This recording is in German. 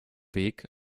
weg